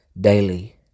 daily